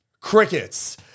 crickets